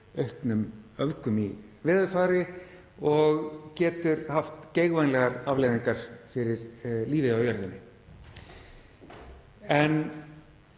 auknum öfgum í veðurfari og getur haft geigvænlegar afleiðingar fyrir lífið á jörðinni. En